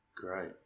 Great